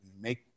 make